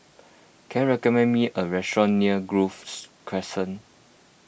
can you recommend me a restaurant near Grove Crescent